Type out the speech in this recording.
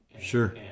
Sure